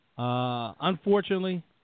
Unfortunately